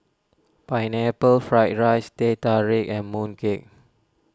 Pineapple Fried Rice Teh Tarik and Mooncake